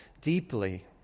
deeply